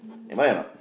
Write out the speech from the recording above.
am I or not